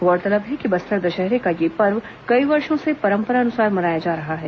गौरतलब है कि बस्तर दशहरे का यह पर्व कई वर्षो से परंपरानुसार मनाया जा रहा है